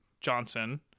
Johnson